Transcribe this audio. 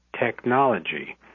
technology